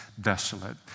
desolate